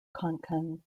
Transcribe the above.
konkan